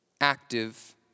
active